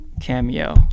cameo